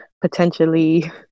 potentially